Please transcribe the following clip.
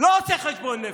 לא עושה חשבון נפש.